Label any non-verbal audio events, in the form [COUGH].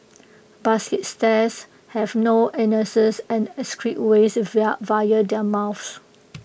basket stares have no anuses and excrete waste [UNINTELLIGIBLE] via their mouths